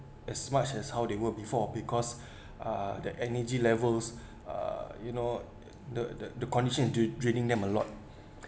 as much as how they work before because uh the energy levels uh you know the the condition drain~ draining them a lot